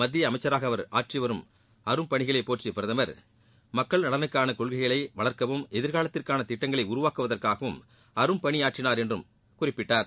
மத்திய அமைச்சராக அவர் ஆற்றிய அரும் பணிகளை போற்றிய பிரதமர் மக்கள் நலனுக்காள கொள்கைகளை வளர்க்கவும் எதிர்காலத்திற்காள திட்டங்களை உருவாக்குவதற்காகவும் அரும் பணியாற்றினார் என்றும் குறிப்பிட்டார்